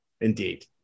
Indeed